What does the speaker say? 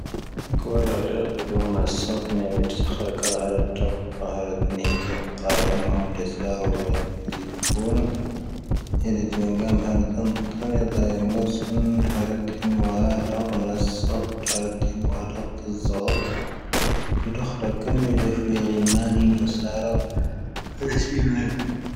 ⵎⵉⴽ ⵡⴰⵔⴻ ⵔⴻ ⵡⵓⴽ ⵎⴰⵢⴰ ⵙⴰⴻⴼ ⵣⴰⵀⴰⵔⴰⵜ ⵏⴰⵀⵉⵢⴻ ⵡⴰⴽⴽⴰⵍⴰⵏ ⵉⵏ ⵜⴰⵙⴰⵀⵓⵎⴰⵏ ⵉⴽⵍⵉⵣⵡⵓⵏ ⵉⵏⵉ ⵜⴻⵏⴳⴰⵏ ⴻⵏⴻ ⵜⴰⵏ ⵜⴰⵏⵉⵎ ⵎⵓⵀⵙⵉⵎ ⴰⵏⵉ ⵜⵏ ⵡⴰⵀⴰ ⴷoⴳⵍⵉⵙ ⵡⴰⵔⵔⴰⵇ ⵜⵉⵏ ⵣⴻ ⵡⵓⵜⴰⵀ ⵔⴰⴽⴰⵀⵏ ⵡⴰ ⴷⵉⴼⵔⴻⵀⴻ ⵢⵉ ⵎⴰⵏⵉⵏ ⵡⵓⵙⴰⵔⴰⴽ ⵏⴰⵙⵉⵀⴻⵢⴻ